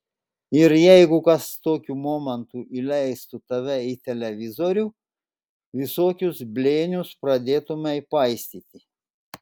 ir jeigu kas tokiu momentu įleistų tave į televizorių visokius blėnius pradėtumei paistyti